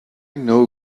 know